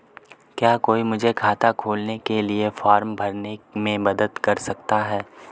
क्या कोई मुझे खाता खोलने के लिए फॉर्म भरने में मदद कर सकता है?